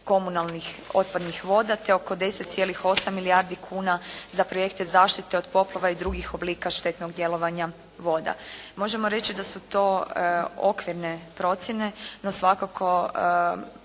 komunalnih otpadnih voda te oko 10,8 milijardi kuna za projekte zaštite od poplava i drugih oblika štetnog djelovanja voda. Možemo reći da su to okvirne procjene no svakako